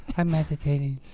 i'm meditating.